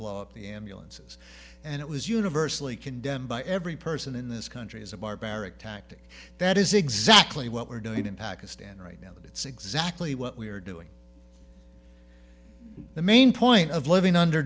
blow up the ambulances and it was universally condemned by every person in this country as a barbaric tactic that is exactly what we're doing in pakistan right now and it's exactly what we are doing the main point of living under